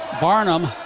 Barnum